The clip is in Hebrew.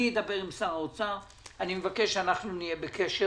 אדבר עם שר האוצר, אני מבקש שנהיה בקשר